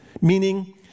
meaning